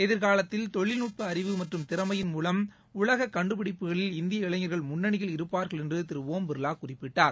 எதிர்காலத்தில் தொழில்நுட்ப அறிவு மற்றும் திறமையின் மூலம் உலக கண்டுபிடிப்புகளில் இந்திய இளைஞர்கள் முன்னணியில் இருப்பார்கள் என்று திரு ஒம் பிர்லா குறிப்பிட்டார்